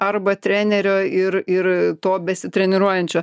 arba trenerio ir ir to besitreniruojančio